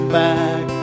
back